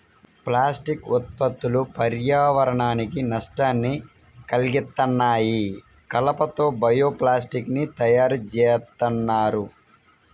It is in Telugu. ప్లాస్టిక్ ఉత్పత్తులు పర్యావరణానికి నష్టాన్ని కల్గిత్తన్నాయి, కలప తో బయో ప్లాస్టిక్ ని తయ్యారుజేత్తన్నారు